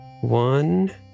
One